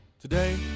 Today